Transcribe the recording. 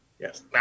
yes